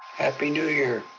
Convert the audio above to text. happy new year.